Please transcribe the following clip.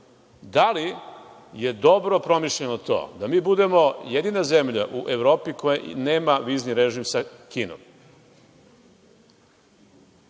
da li je dobro promišljeno to, da mi budemo jedina zemlja u Evropi koja nema vizni režim sa Kinom?